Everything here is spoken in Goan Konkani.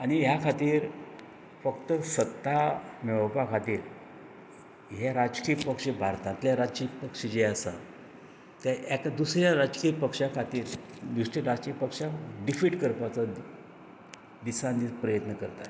आनी ह्या खातीर फक्त सत्ता मेळोवपा खातीर हे राजकीय पक्ष भारतांतलें राज्यपक्ष जे आसात ते एका दुसऱ्यां राज्यपक्षा खातीर दुसऱ्यां राज्यपक्षाक डिफीट करपाचो दिसान दीस प्रयत्न करतात